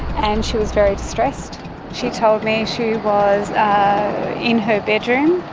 and she was very distressed she told me she was in her bedroom.